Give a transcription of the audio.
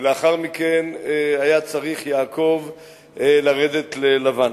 ולאחר מכן היה צריך יעקב לרדת ללבן.